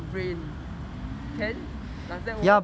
rain can does that work